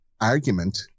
argument